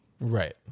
Right